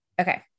Okay